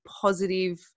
positive